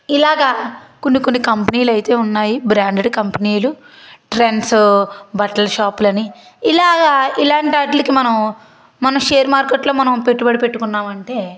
ఇలాగా కొన్ని కొన్ని కంపెనీలు అయితే ఉన్నాయి బ్రాండెడ్ కంపెనీలు ట్రెండ్స్ బట్టల షాపులని ఇలాగ ఇలాంటి వాటిలకి మనం మన షేర్ మార్కెట్లో మనం పెట్టుబడి పెట్టుకున్నామంటే